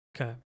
Okay